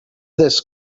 this